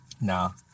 no